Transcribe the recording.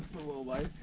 the low light?